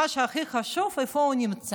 מה שהכי חשוב זה איפה הוא נמצא.